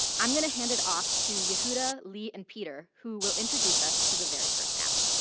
i'm gonna hand it off to yehuda, lee and peter who will introduce us to the very first app.